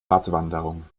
wattwanderung